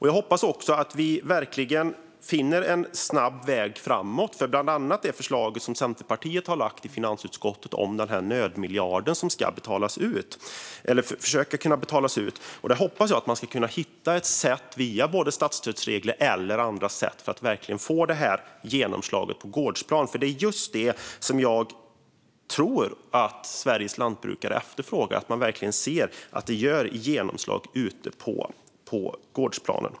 Jag hoppas också att vi finner en snabb väg framåt för bland annat det förslag som Centerpartiet har lagt i finansutskottet om nödmiljarden så att utbetalning kan göras via våra statsstödsregler eller annat för att få genomslaget på gårdsplan. Det är just det som jag tror att Sveriges lantbrukare efterfrågar: genomslaget på gårdsplanen.